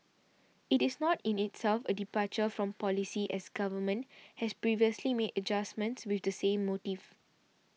it is not in itself a departure from policy as government has previously made adjustments with the same motive